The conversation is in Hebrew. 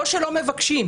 או שלא מבקשים.